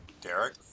Derek